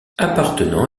appartenant